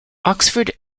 oxford